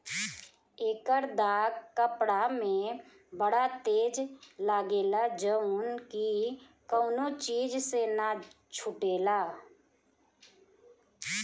एकर दाग कपड़ा में बड़ा तेज लागेला जउन की कवनो चीज से ना छुटेला